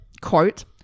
quote